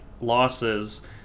losses